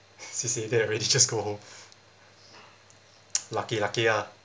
C_C_A dead already just go home lucky lucky ah